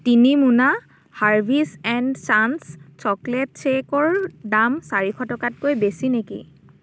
তিনি মোনা Harvey's and চান্ছ চকলেট শ্বেকৰ দাম চাৰিশ টকাতকৈ বেছি নেকি